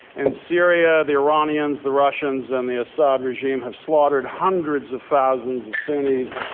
in syria, the iranians, the russians, and the assad regime have slaughtered hundreds of thousands of sunnis,